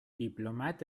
diplomat